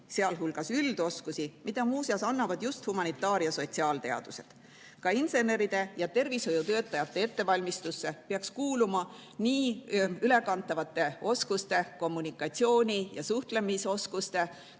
sealhulgas üldoskusi, mida muuseas annavad just humanitaar‑ ja sotsiaalteadused. Ka inseneride ja tervishoiutöötajate ettevalmistusse peaks kuuluma nii ülekantavate oskuste, kommunikatsiooni‑ ja suhtlemisoskuste